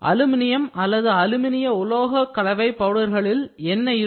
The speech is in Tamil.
அலுமினியம் அல்லது அலுமினியம் உலோகக் கலவை பவுடர்களில் என்ன இருக்கும்